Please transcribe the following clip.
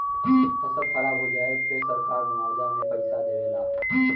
फसल खराब हो जाये पे सरकार मुआवजा में पईसा देवे ला